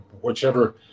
whichever